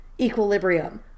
equilibrium